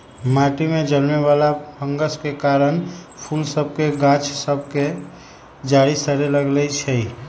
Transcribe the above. माटि में जलमे वला फंगस के कारन फूल सभ के गाछ सभ में जरी सरे लगइ छै